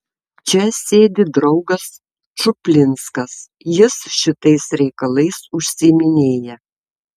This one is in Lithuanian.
čia sėdi draugas čuplinskas jis šitais reikalais užsiiminėja